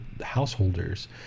householders